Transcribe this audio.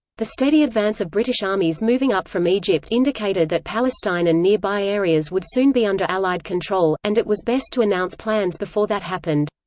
the steady advance of british armies moving up from egypt indicated indicated that palestine and nearby areas would soon be under allied control, and it was best to announce plans before that happened.